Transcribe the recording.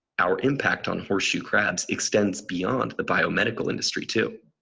our impact on horseshoe crabs extends beyond the biomedical industry too.